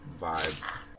vibe